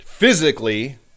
physically